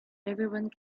everyone